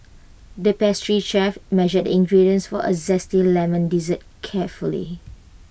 the pastry chef measured ingredients for A Zesty Lemon Dessert carefully